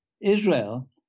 Israel